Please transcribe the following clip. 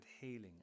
healing